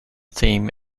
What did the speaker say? theme